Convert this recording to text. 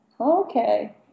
Okay